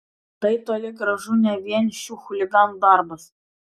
tai toli gražu ne vien šių chuliganų darbas